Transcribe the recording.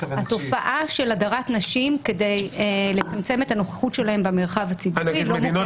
התופעה ולכן צריך להתייצב בפני המציאות ולדעת